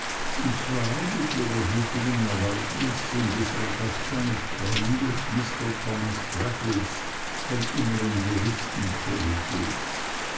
und zwar mit ihrer gütigen erlaubnis in gesellschaft seines freundes mr thomas traddles vom innern